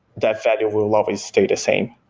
that value will always stay the same